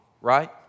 right